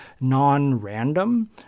non-random